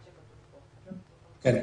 כן.